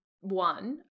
one